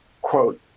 quote